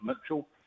Mitchell